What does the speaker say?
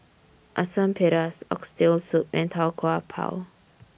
Asam Pedas Oxtail Soup and Tau Kwa Pau